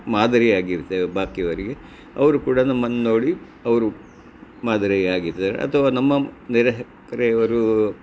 ಮಾದರಿಯಾಗಿರ್ತೇವೆ ಬಾಕಿಯವರಿಗೆ ಅವರು ಕೂಡ ನಮ್ಮನ್ನು ನೋಡಿ ಅವರು ಮಾದರಿಯಾಗಿದ್ದಾರೆ ಅಥವಾ ನಮ್ಮ ನೆರೆಕೆರೆಯವರು